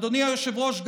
אדוני היושב-ראש,